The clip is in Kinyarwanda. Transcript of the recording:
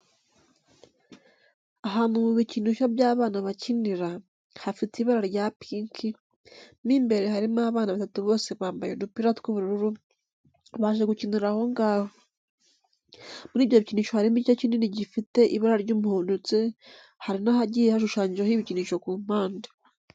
Ahantu mu bikinisho by'abana bakinira, hafite ibara rya pinki, mo imbere harimo abana batatu bose bambaye udupira tw'ubururu baje gukinira aho ngaho. Muri ibyo bikinisho harimo igice kinini gifite ibara ry'umuhondo ndetse hari n'ahagiye hashushanyijeho ibikinisho ku mpande.